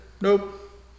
Nope